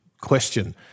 question